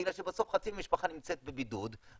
בגלל שבסוף חצי משפחה נמצאת בבידוד,